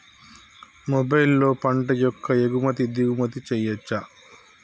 మొబైల్లో పంట యొక్క ఎగుమతి దిగుమతి చెయ్యచ్చా?